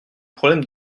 problème